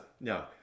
No